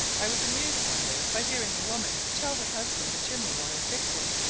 i was amused one day by hearing a woman tell her husband the chimney wanted fixing.